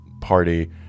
party